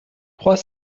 trois